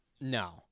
No